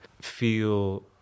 feel